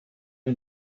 who